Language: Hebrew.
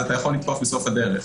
אז אתה יכול לתקוף בסוף הדרך.